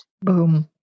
Boom